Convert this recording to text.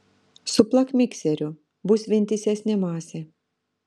suplak mikseriu bus vientisesnė masė